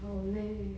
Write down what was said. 我好累